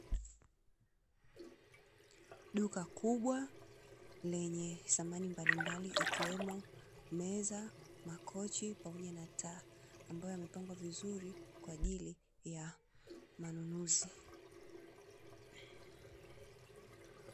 Duka kubwa lenye samani mbali mbali ikiwemo meza, makochi pamoja na taa ambayo yamepangwa vizuri kwa ajili ya manunuzi.